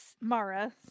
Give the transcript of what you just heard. Mara